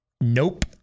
Nope